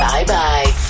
Bye-bye